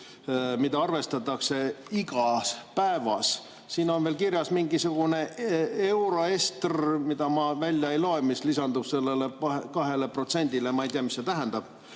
mida arvestatakse iga päeva eest. Siin on veel kirjas mingisugune €STR, mida ma välja ei loe, mis lisandub sellele 2%‑le. Ma ei tea, mis see tähendab.